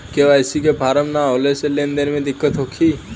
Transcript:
KYC के form न होले से लेन देन में दिक्कत होखी?